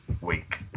week